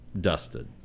dusted